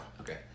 Okay